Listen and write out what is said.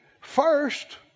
first